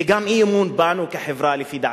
וגם אי-אמון בנו, כחברה, לפי דעתי,